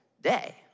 day